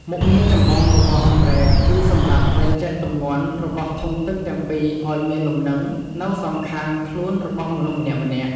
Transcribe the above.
មុខងារចម្បងរបស់អម្រែកគឺសម្រាប់ បែងចែកទម្ងន់ របស់ធុងទឹកទាំងពីរឱ្យមានលំនឹងនៅសងខាងខ្លួនរបស់មនុស្សម្នាក់ៗ។